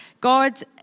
God